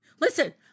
listen